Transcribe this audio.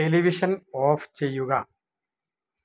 ടെലിവിഷന് off ചെയ്യുക